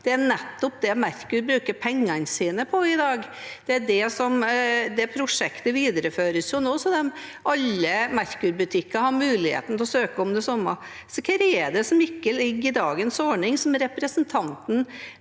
Det er nettopp det Merkur bruker pengene sine på i dag. Det prosjektet videreføres jo nå, så alle Merkur-butikker har muligheten til å søke om det samme. Så hva er det som ikke ligger i dagens ordning, som representanten